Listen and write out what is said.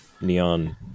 neon